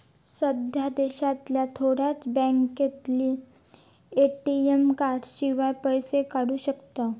सध्या देशांतल्या थोड्याच बॅन्कांतल्यानी ए.टी.एम कार्डशिवाय पैशे काढू शकताव